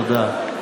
תודה.